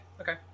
okay